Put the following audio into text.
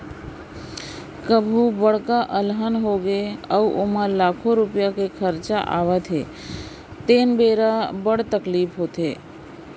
कभू बड़का अलहन होगे अउ ओमा लाखों रूपिया के खरचा आवत हे तेन बेरा बड़ तकलीफ होथे